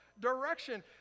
direction